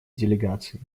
делегации